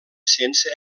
sense